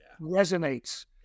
resonates